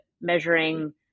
measuring